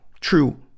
true